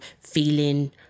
feeling